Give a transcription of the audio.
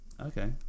okay